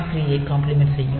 3 ஐ காம்ப்ளிமெண்ட் செய்யும்